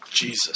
Jesus